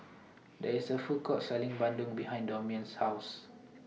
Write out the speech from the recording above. There IS A Food Court Selling Bandung behind Damion's House